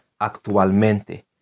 actualmente